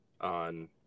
on